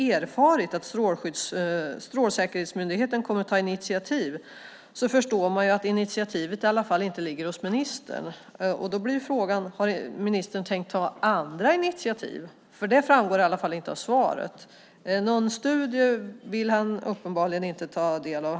erfarit att Strålsäkerhetsmyndigheten kommer att ta initiativ" förstår man att initiativet i alla fall inte ligger hos ministern. Har ministern tänkt ta andra initiativ? Det framgår i alla fall inte av svaret. Någon studie vill han uppenbarligen inte ta del av.